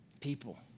people